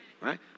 right